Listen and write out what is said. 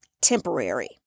temporary